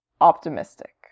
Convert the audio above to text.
optimistic